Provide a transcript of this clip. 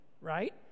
right